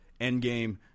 Endgame